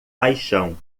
paixão